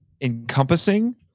encompassing